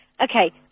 Okay